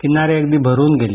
किनारे अगदी अरून गेले